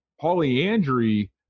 polyandry